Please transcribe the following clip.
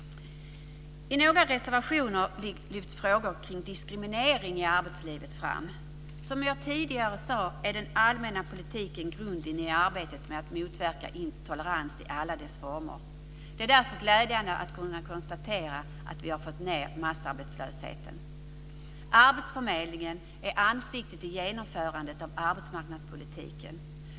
I några reservationer lyfts frågor kring diskriminering i arbetslivet fram. Som jag tidigare sade är den allmänna politiken grunden i arbetet med att motverka intolerans i alla dess former. Det är därför glädjande att kunna konstatera att vi fått ned massarbetslösheten. Arbetsförmedlingen är ansiktet i genomförandet av arbetsmarknadspolitiken.